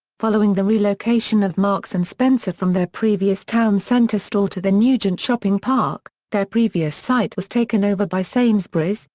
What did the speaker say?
following the relocation of marks and spencer from their previous town-centre store to the nugent shopping park, their previous site was taken over by sainsbury's,